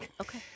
Okay